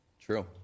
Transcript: True